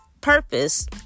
purpose